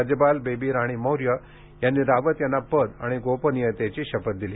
राज्यपाल बेबी राणी मौर्य यांनी रावत यांना पद आणि गोपनीयतेची शपथ दिली